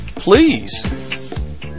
Please